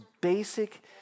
basic